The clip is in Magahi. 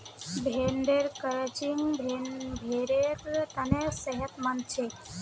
भेड़ेर क्रचिंग भेड़ेर तने सेहतमंद छे